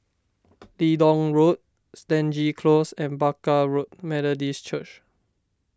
Leedon Road Stangee Close and Barker Road Methodist Church